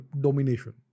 domination